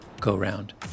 go-round